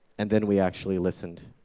and then we actually listened,